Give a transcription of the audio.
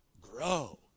Grow